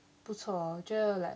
不错我觉得 like